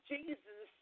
Jesus